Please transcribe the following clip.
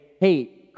hey